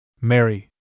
Mary